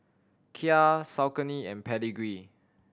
Kia Saucony and Pedigree